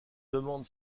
demande